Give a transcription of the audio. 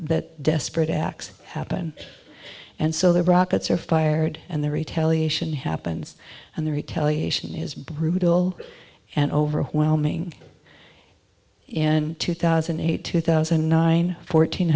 that desperate acts happen and so the rockets are fired and the retaliation happens and the retaliation is brutal and overwhelming in two thousand and eight two thousand and nine fourteen